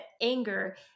anger